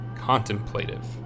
contemplative